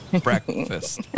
Breakfast